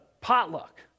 potluck